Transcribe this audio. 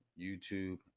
YouTube